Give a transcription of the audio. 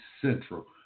central